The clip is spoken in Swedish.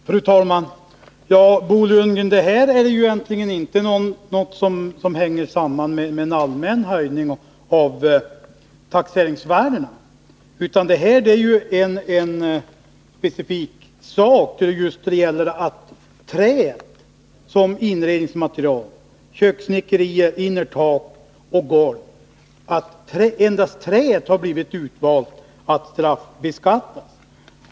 Fru talman! Det här är egentligen inte, Bo Lundgren, något som hänger samman med en allmän höjning av taxeringsvärdena, utan här gäller det något specifikt — att det är endast trä som inredningsmaterial i kökssnickerier, innertak och golv som blivit utvalt att straffbeskattas.